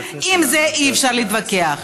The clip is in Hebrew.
על זה אי-אפשר להתווכח.